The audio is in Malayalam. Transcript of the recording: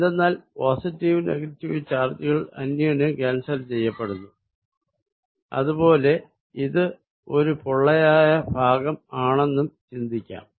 എന്തെന്നാൽ പോസിറ്റീവ് നെഗറ്റീവ് ചാർജുകൾ അന്യോന്യം ക്യാൻസൽ ചെയ്യപ്പെടുന്നു അത് പോലെ ഇത് ഒരു പൊള്ളയായ ഭാഗം ആണെന്നും ചിന്തിക്കാം